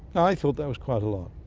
i thought that was quite a lot.